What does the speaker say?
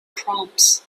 proms